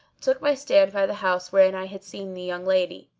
took my stand by the house wherein i had seen the young lady.